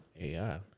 AI